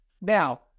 Now